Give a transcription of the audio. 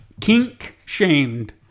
Kink-shamed